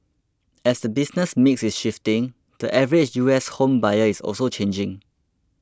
as the business mix is shifting the average U S home buyer is also changing